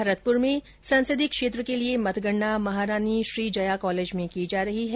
भरतपुर में संसदीय क्षेत्र के लिए मतगणना महारानी श्रीजया कॉलेज में की जा रही है